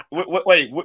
Wait